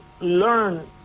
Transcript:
learn